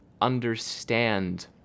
understand